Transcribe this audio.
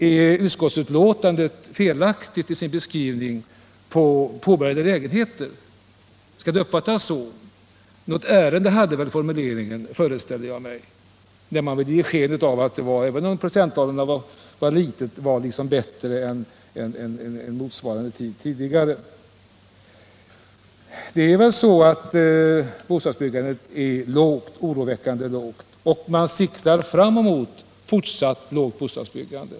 Är utskottsbetänkandet felaktigt med avseende på påbörjade lägenheter? Jag föreställer mig att formuleringen ändå betydde någonting, eftersom den gav sken av att även om procenttalet är litet är situationen bättre än tidigare under motsvarande period. Bostadsbyggandet är väl ändå oroande lågt, och man inriktar sig på ett fortsatt lågt bostadsbyggande.